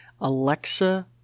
Alexa